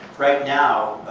right now,